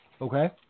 Okay